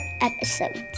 episodes